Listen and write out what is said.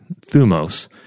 thumos